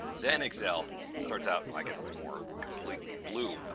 then excel starts out. i guess it's more completely blue.